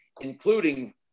including